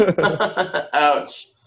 Ouch